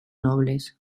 nobles